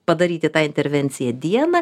padaryti tą intervenciją dieną